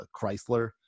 Chrysler